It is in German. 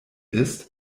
ist